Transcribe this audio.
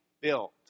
built